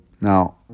Now